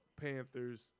Panthers